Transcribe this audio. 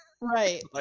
right